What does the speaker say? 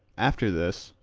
after this,